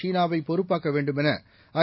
சீனாவைபொறுப்பாக்கவேண்டுமெனஐ